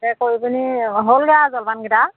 তাকে কৰি পিনি হ'লগৈ আৰু জলপানকেইটা